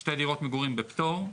שתי דירות מגורים בפטור.